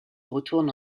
retourne